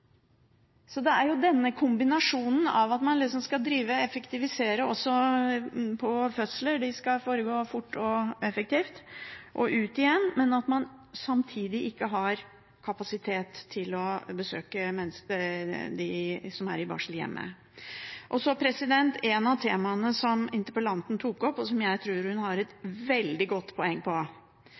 så er det ut igjen – og at man samtidig ikke har kapasitet til å besøke de som er i barsel, hjemme. Et av temaene som interpellanten tok opp, og hvor jeg tror hun har et veldig godt poeng, er at den seleksjonen som foregår på